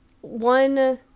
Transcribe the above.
One